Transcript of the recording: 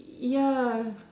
ya